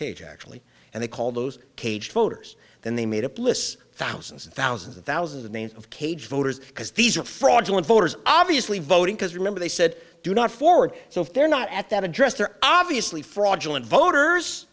cage actually and they call those cage voters then they made up lists thousands and thousands of thousands of names of cage voters because these are fraudulent voters obviously voting because remember they said do not forward so if they're not at that address they're obviously fraudulent